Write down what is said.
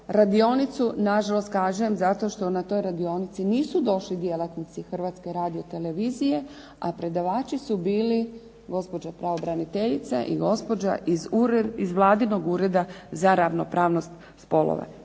radionicu na žalost kažem zato što na toj radionici nisu došli djelatnici Hrvatske radiotelevizije, a predavači su bili gospođa pravobraniteljica iz gospođa iz Vladinog Ureda za ravnopravnost spolova.